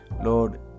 Lord